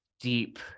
deep